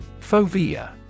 FOVEA